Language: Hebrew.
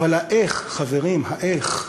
אבל האיך, חברים, האיך,